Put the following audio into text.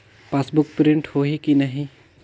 Passbook print होही कि नहीं?